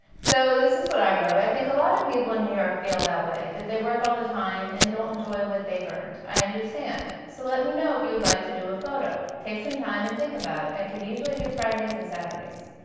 so this is what i wrote, i think a lot of people in new york feel that way, that they work all the time and don't enjoy what they've earned. i understand, so let me know if you would like to do a photo. take some time and think about it. i can usually do fridays and saturdays.